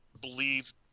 believe